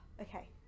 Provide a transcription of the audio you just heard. Okay